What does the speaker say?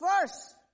First